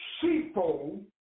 sheepfold